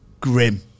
Grim